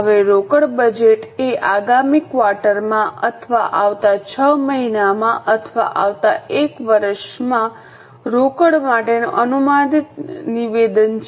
હવે રોકડ બજેટ એ આગામી ક્વાર્ટરમાં અથવા આવતા 6 મહિનામાં અથવા આવતા 1 વર્ષમાં રોકડ માટેનું અનુમાનિત નિવેદન છે